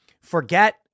Forget